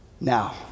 Now